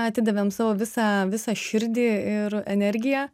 atidavėm savo visą visą širdį ir energiją